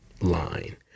line